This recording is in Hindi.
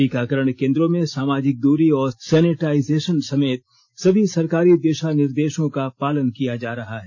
टीकाकरण केंद्रों में सामाजिक दूरी और सैनिटाइजेशन समेत समी सरकारी दिशा निर्देशों का पालन किया जा रहा है